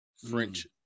french